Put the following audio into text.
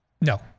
No